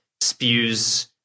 spews